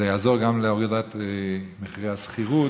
זה יעזור גם להורדת מחירי השכירות.